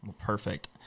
perfect